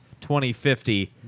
2050